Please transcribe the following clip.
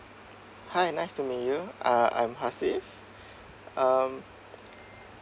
hi nice to meet you uh I'm hazif um